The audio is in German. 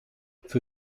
für